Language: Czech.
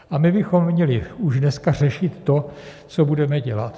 A my bychom měli už dneska řešit to, co budeme dělat.